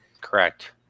Correct